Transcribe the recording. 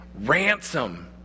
Ransom